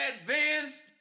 advanced